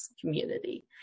community